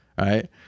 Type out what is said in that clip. right